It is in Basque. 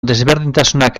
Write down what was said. desberdintasunak